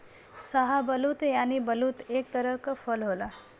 शाहबलूत यानि बलूत एक तरह क फल होला